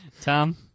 Tom